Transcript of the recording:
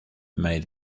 made